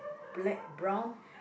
black brown